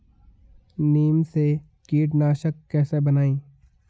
नीम से कीटनाशक कैसे बनाएं?